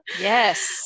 Yes